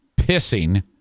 pissing